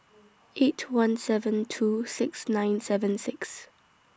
eight one seven two six nine seven six